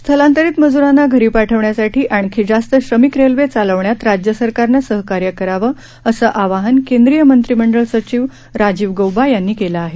स्थलांतरित मजूरांना घरी पाठवण्यासाठी आणखी जास्त श्रमिक रेल्वे चालवण्यात राज्य सरकारनं सहकार्य करावं असं आवाहन केंद्रीय मंत्रिमंडळ सचिव राजीव गौबा यांनी केलं आहे